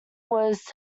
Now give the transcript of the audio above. was